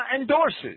endorses